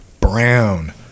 brown